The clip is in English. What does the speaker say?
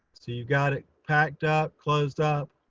so you got it packed up, closed up.